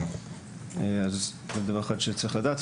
זה דבר שצריך לדעת,